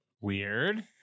Weird